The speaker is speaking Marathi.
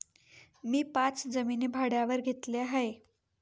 मी पाच जमिनी भाड्यावर घेतल्या आहे